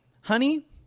honey